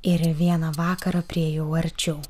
ir vieną vakarą priėjau arčiau